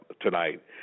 tonight